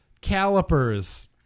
calipers